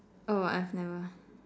oh I've never